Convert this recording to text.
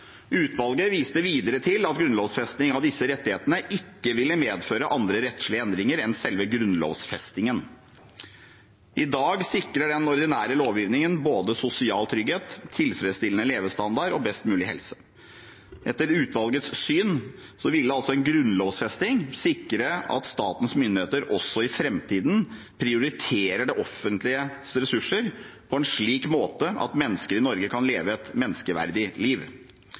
Utvalget viste videre til at grunnlovfesting av disse rettighetene ikke ville medføre andre rettslige endringer enn selve grunnlovfestingen. I dag sikrer den ordinære lovgivningen både sosial trygghet, tilfredsstillende levestandard og best mulig helse. Etter utvalgets syn ville en grunnlovfesting sikre at statens myndigheter også i framtiden prioriterer det offentliges ressurser på en slik måte at mennesker i Norge kan leve et menneskeverdig liv.